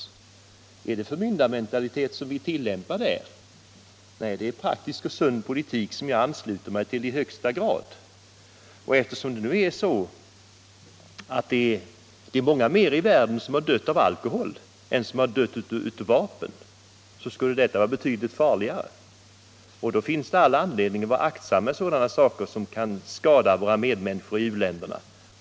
Det är ingen förmyndarmentalitet, utan det är en praktisk och sund politik som jag i högsta grad ansluter mig till. Eftersom det nu är så att många fler människor i världen dött av alkohol än av vapen, skulle alltså en export av alkoholdrycker vara betydligt farligare. Det finns då all anledning att vara aktsam med den här exporten som kan skada våra medmänniskor i u-länderna.